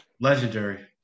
Legendary